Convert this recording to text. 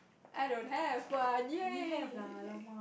I don't have one yay